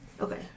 Okay